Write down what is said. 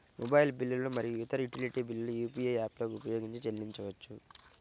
mobile బిల్లులు మరియు ఇతర యుటిలిటీ బిల్లులను యూ.పీ.ఐ యాప్లను ఉపయోగించి చెల్లించవచ్చు